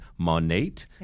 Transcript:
Monate